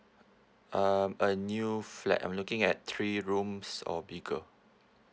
uh a new flat I'm looking at three rooms or bigger